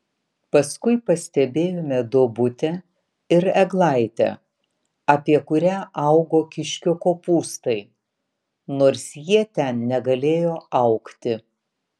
paskui pastebėjome duobutę ir eglaitę apie kurią augo kiškio kopūstai nors jie ten negalėjo augti